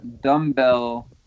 dumbbell